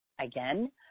again